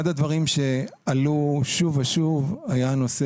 אחד הדברים שעלו שוב ושוב היה נושא